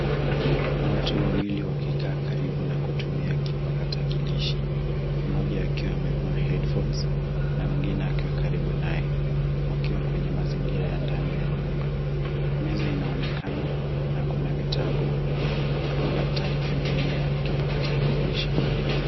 Watu wawili wakikaa karibu na kutumua kipakatalishi, mmoja akiwa amevaa headphones na mwingine akiwa karibu naye wakiwa kwenye mazingira ya ndani ya nyumba. Meza inaonekana na kuna vitabu au daftari pembeni ya kipakatalishi.